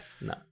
No